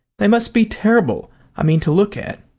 they must be terrible i mean to look at.